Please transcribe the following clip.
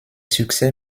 succès